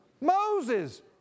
Moses